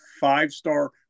five-star